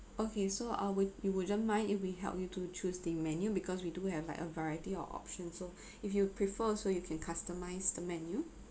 okay so I would you don't mind if we help you to choose the menu because we do have like a variety of options so if you prefer also you can customize the menu